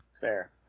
Fair